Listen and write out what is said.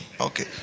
Okay